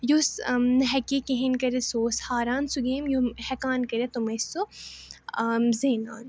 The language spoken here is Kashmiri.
یُس ہیٚکہِ یہِ کِہیٖنٛۍ کٔرِتھ سُہ اوس ہاران سُہ گیم یِم ہٮ۪کان کٔرِتھ تِم ٲسۍ سُہ زینان